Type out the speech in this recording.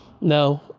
No